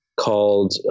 called